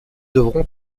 devront